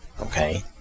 okay